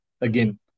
again